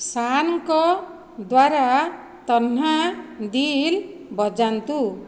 ଶାନ୍ଙ୍କ ଦ୍ୱାରା ତନ୍ହା ଦିଲ୍ ବଜାନ୍ତୁ